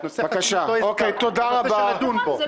את זה לא כתבתם בחוות הדעת --- זה נושא שנדון בו.